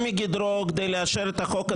מגדרו כדי לאשר את החוק הזה ולקדם אותו.